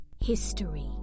History